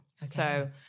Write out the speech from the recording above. So-